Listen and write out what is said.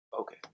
Okay